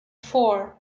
four